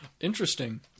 Interesting